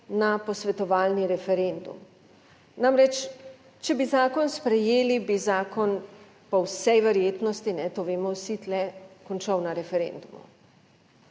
na posvetovalni referendum. Namreč če bi zakon sprejeli, bi zakon po vsej verjetnosti, to vemo vsi tu, končal na referendumu.